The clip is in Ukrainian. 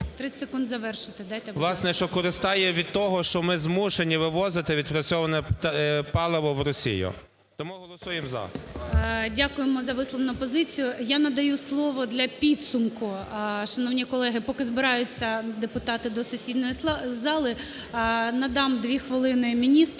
…власне, що користає від того, що ми змушені вивозити відпрацьоване паливо в Росію. Тому голосуємо "за". ГОЛОВУЮЧИЙ. Дякуємо за висловлену позицію. Я надаю слово для підсумку, шановні колеги, поки збираються депутати до сесійної зали, надам 2 хвилини міністру